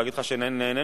שבה מעורב